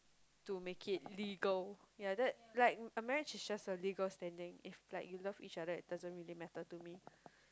to make it legal ya that like a marriage is just a legal standing if like you love each other it doesn't really matter to me